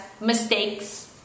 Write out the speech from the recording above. mistakes